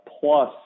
plus